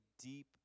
deep